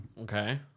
Okay